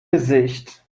gesicht